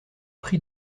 prient